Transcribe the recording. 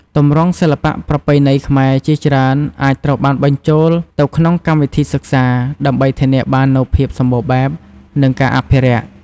ទម្រង់សិល្បៈប្រពៃណីខ្មែរជាច្រើនអាចត្រូវបានបញ្ចូលទៅក្នុងកម្មវិធីសិក្សា ដើម្បីធានាបាននូវភាពសម្បូរបែប និងការអភិរក្ស។